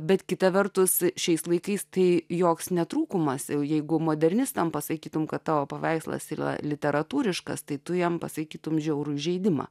bet kita vertus šiais laikais tai joks ne trūkumas jau jeigu modernistams pasakytumei kad tavo paveikslas yra literatūriškas tai tu jam pasakytumei žiaurų įžeidimą